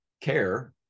care